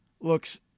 looks